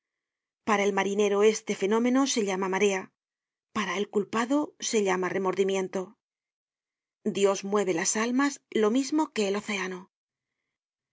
para el marinero este fenómeno se llama marea para el culpado se llama remordimiento dios mueve las almas lo mismo que el océano